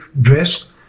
dress